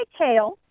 tail